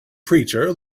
preacher